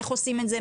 איך עושים את זה,